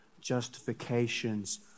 justifications